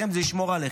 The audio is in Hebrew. זה ישמור עליכם.